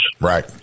Right